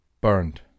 Burned